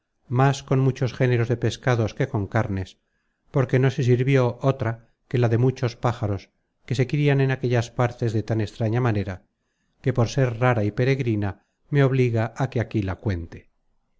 más con muchos géneros de pescados que con carnes porque no se sirvió otra que la de muchos pájaros que se crian en aquellas partes de tan extraña manera que por ser rara y peregrina me obliga á que aquí la cuente